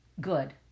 good